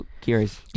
curious